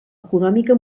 econòmica